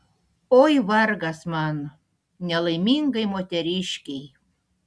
oi vargas man nelaimingai moteriškei